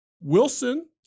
Wilson